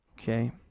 Okay